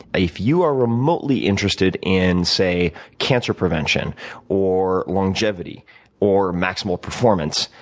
if you are remote like interested in, say, cancer prevention or longevity or maximal performance,